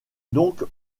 donc